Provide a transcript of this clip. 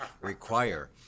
require